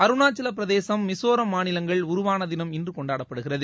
அருணாச்கூப் பிரதேசம் மிஷோராம் மாநிலங்கள் உருவாள தினம் இன்று கொண்டாடப்படுகிறது